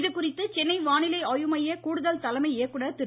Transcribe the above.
இதுகுறித்து சென்னை வானிலை ஆய்வு மைய கூடுதல் தலைமை இயக்குனர் திரு